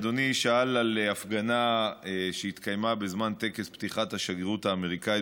אדוני שאל על הפגנה שהתקיימה בזמן טקס פתיחת השגרירות האמריקנית